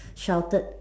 sheltered